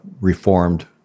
reformed